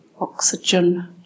oxygen